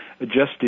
adjusted